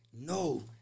No